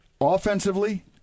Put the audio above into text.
Offensively